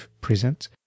present